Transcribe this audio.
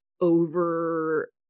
over